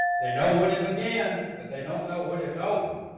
they know when it begins. but they don't know when it's over.